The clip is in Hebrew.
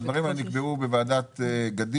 הדברים האלה נקבעו בוועדת גדיש.